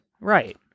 Right